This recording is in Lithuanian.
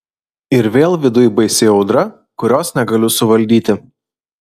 ir vėl viduj baisi audra kurios negaliu suvaldyti